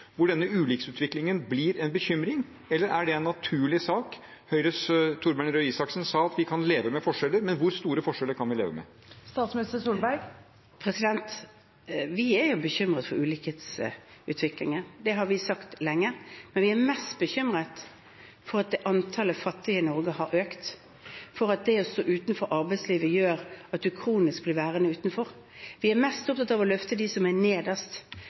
en naturlig sak? Høyres Torbjørn Røe Isaksen sa at vi kan leve med forskjeller, men hvor store forskjeller kan vi leve med? Vi er bekymret for ulikhetsutviklingen. Det har vi sagt lenge. Men vi er mest bekymret for at antallet fattige i Norge har økt, for at det å stå utenfor arbeidslivet gjør at man blir kronisk værende utenfor. Vi er mest opptatt av å løfte dem som er